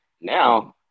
now